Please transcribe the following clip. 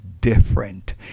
different